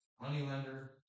Moneylender